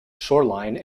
shoreline